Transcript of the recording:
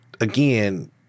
again